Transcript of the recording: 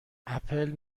اپل